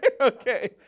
okay